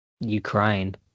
Ukraine